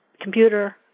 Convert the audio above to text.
computer